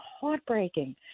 heartbreaking